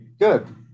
good